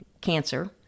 cancer